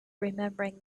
remembering